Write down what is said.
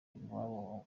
iwabo